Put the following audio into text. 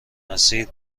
مسیر